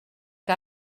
que